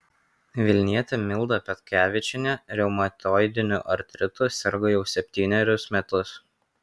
vilnietė milda petkevičienė reumatoidiniu artritu serga jau septynerius metus